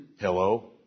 Hello